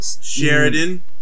Sheridan